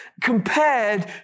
Compared